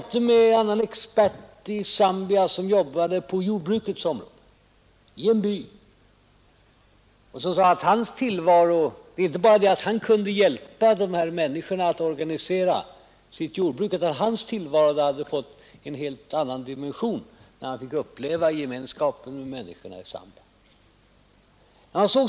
sysselsättningen annan expert i Zambia som jobbade på jordbrukets område i en by = en för befolkningen och som sade att det var inte bara det att han kunde hjälpa dessa i Vindelådalen människor att organisera sitt jordbruk utan hans tillvaro hade dessutom fått en helt annan dimension när han fick uppleva gemenskapen med människorna i Zambia.